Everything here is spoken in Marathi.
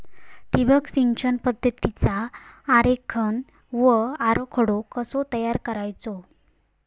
ठिबक सिंचन पद्धतीचा आरेखन व आराखडो कसो तयार करायचो?